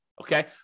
Okay